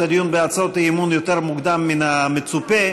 הדיון בהצעות האי-אמון יותר מוקדם מן המצופה.